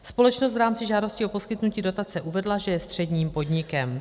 Společnost v rámci žádosti o poskytnutí dotace uvedla, že je středním podnikem.